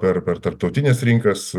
per per tarptautines rinkas